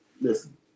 Listen